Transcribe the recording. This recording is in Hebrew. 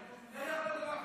משקרת,